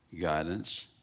guidance